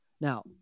Now